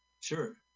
sure